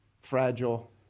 Fragile